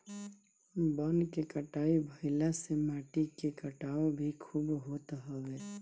वन के कटाई भाइला से माटी के कटाव भी खूब होत हवे